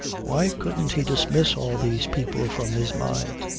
why couldn't he dismiss all these people from his mind?